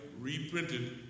reprinted